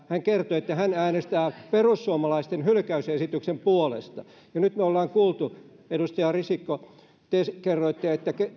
hän kertoi että hän äänestää perussuomalaisten hylkäysesityksen puolesta ja nyt me olemme kuulleet kuinka edustaja risikko te kerroitte että